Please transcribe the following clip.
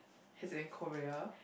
he's in Korea